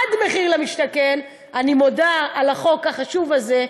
עד מחיר למשתכן אני מודה על החוק החשוב הזה,